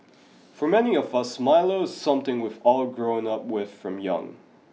for many of us Milo is something we've all grown up with from young